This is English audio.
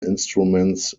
instruments